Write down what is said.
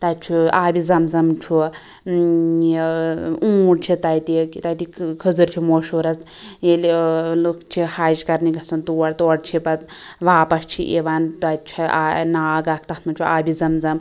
تتہِ چھُ آبِ زم زم چھُ یہِ اوٗنٛٹ چھِ تتہِ تتِکۍ خٔذٕر چھِ مشہور حظ ییٚلہِ ٲں لوٗکھ چھِ حج کَرنہٕ گَژھان تور تورٕ چھِ پَتہٕ واپس چھِ یِوان تتہِ چھُ ٲں ناگ اکھ تتھ مَنٛز چھُ آبِ زم زم